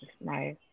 Nice